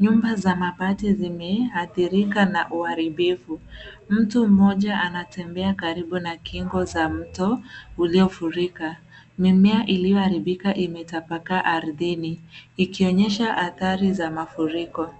Nyumba za mabati zimeathirika na uharibifu. Mtu mmoja anatembea karibu na kingo za mto uliofurika. Mimea iliyoharibika imetapakaa ardhini, ikionyesha athari za mafuriko.